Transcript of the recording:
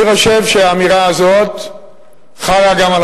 אני חושב שהאמירה הזאת חלה גם על